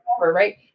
right